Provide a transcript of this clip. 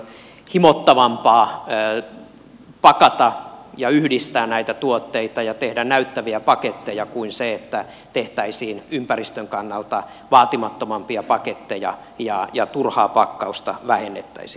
on himottavampaa pakata ja yhdistää näitä tuotteita ja tehdä näyttäviä paketteja kuin se että tehtäisiin ympäristön kannalta vaatimattomampia paketteja ja turhaa pakkausta vähennettäisiin